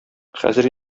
хәзер